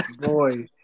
Boy